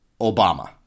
Obama